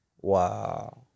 Wow